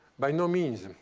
by no means.